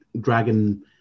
dragon